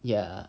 ya